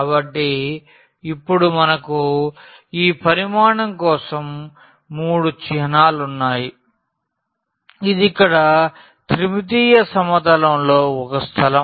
కాబట్టి ఇప్పుడు మనకు ఈ పరిమాణం కోసం మూడు చిహ్నాలు ఉన్నాయి ఇది ఇక్కడ త్రిమితీయ సమతలంలో ఒక స్థలం